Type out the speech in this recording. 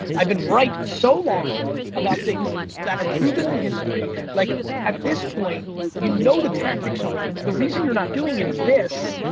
i've been right so long about things that are proven in history, like at this point you know the tactics are right. the reason you're not doing it is this,